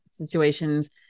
situations